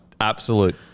absolute